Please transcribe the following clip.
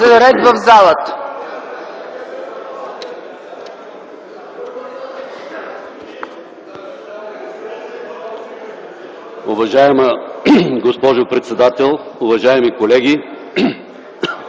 за ред в залата!